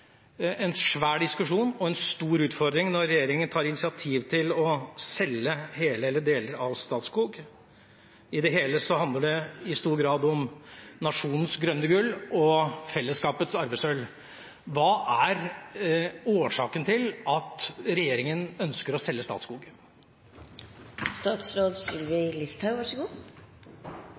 en stor diskusjon og en stor utfordring når regjeringa tar initiativ til å selge hele eller deler av Statskog. I det hele tatt handler det i stor grad om nasjonens grønne gull og fellesskapets arvesølv. Hva er årsaken til at regjeringa ønsker å selge